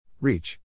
Reach